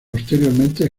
posteriormente